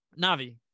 Navi